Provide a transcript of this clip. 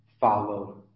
follow